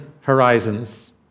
horizons